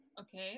okay